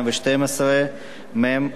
מ/665,